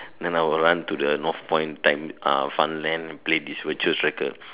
then I will run to the Northpoint time ah fun land play this virtual cycle